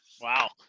Wow